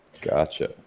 Gotcha